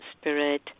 spirit